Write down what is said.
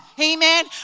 Amen